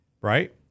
right